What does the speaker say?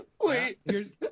wait